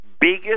Biggest